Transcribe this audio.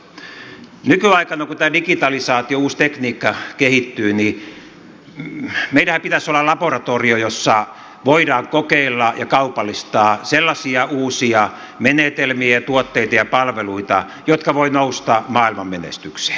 nykyaikana kun tämä digitalisaatio uusi tekniikka kehittyy meidänhän pitäisi olla laboratorio jossa voidaan kokeilla ja kaupallistaa sellaisia uusia menetelmiä tuotteita ja palveluita jotka voivat nousta maailmanmenestykseen